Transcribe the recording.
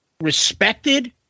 Respected